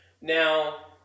Now